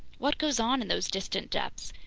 what goes on in those distant depths?